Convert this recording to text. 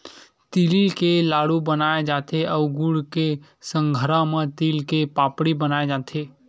तिली के लाडू बनाय जाथे अउ गुड़ के संघरा म तिल के पापड़ी बनाए जाथे